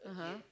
(uh huh)